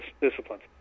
disciplines